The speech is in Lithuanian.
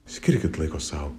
skirkit laiko sau